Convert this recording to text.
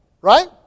right